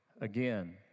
again